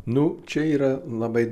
nu čia yra labai